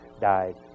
died